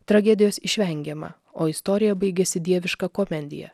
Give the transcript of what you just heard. tragedijos išvengiama o istorija baigiasi dieviška komedija